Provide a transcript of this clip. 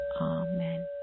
Amen